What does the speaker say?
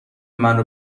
منو